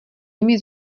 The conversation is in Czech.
nimi